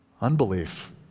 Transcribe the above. Unbelief